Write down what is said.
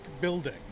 building